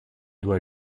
doit